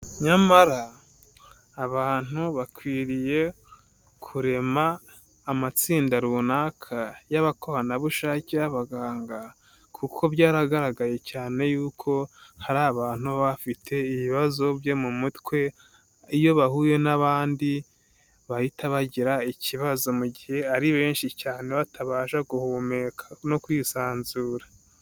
Nyamara abantu bakwiriye kurema amatsinda runaka y'abakoranabushake b'abaganga kuko byaragaragaye cyane yuko hari abantu baba bafite ibibazo byo mu mutwe, iyo bahuye n'abandi bahita bagira ikibazo mu gihe ari benshi cyane batabasha guhumeka no kwisanzura.